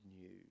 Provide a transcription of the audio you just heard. news